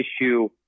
issue